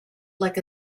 like